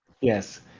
Yes